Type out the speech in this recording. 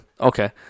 Okay